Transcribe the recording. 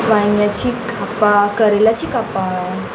वांयग्याचीं कापां करेलाची कापां